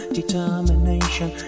determination